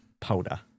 powder